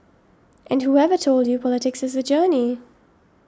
and whoever told you politics is a journey